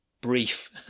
brief